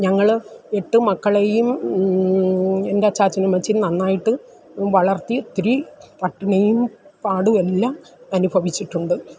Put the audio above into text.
ഞങ്ങൾ എട്ട് മക്കളെയും എൻ്റെ അച്ചാച്ചനും അമ്മച്ചിയും നന്നായിട്ട് വളർത്തി ഇത്തിരി പട്ടിണിയും പാടും എല്ലാം അനുഭവിച്ചിട്ടുണ്ട്